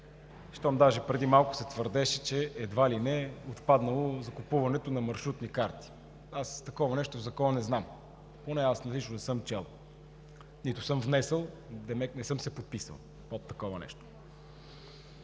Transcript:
щом даже преди малко се твърдеше, че едва ли не е отпаднало закупуването на маршрутни карти. Аз такова нещо в Закона не знам, поне лично не съм чел, нито съм внесъл, демек не съм се подписал под такова нещо.